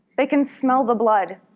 they can smell the blood.